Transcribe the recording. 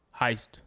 heist